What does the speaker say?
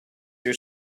your